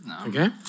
Okay